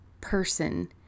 person